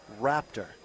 Raptor